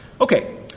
Okay